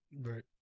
Right